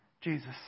Jesus